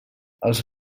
els